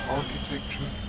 Architecture